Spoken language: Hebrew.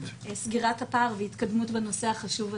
לסגירת הפער והתקדמות בנושא החשוב הזה.